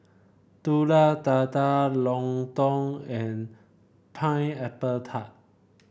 Telur Dadah lontong and Pineapple Tart